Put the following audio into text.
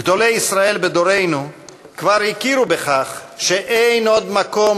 גדולי ישראל בדורנו כבר הכירו בכך שאין עוד מקום